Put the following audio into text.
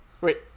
Wait